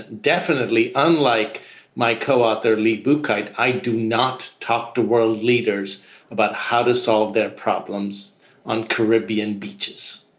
definitely unlike my co-author lee bukit. i do not talk to world leaders about how to solve their problems on caribbean beaches